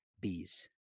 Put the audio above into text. Bees